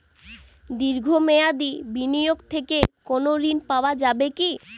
দীর্ঘ মেয়াদি বিনিয়োগ থেকে কোনো ঋন পাওয়া যাবে কী?